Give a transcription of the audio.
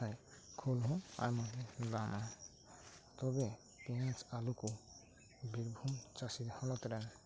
ᱠᱷᱳᱞ ᱦᱚᱸ ᱟᱭᱢᱟ ᱠᱟᱛᱮ ᱫᱟᱢᱟ ᱛᱚᱵᱮ ᱯᱮᱸᱭᱟᱡᱽ ᱟᱞᱩ ᱠᱚ ᱵᱤᱨᱵᱷᱩᱢ ᱪᱟᱹᱥᱤ ᱦᱚᱱᱚᱛ ᱨᱮᱱ